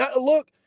look